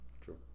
True